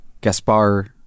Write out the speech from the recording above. Gaspar